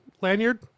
Lanyard